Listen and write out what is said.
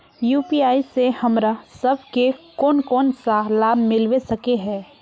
UPI से हमरा सब के कोन कोन सा लाभ मिलबे सके है?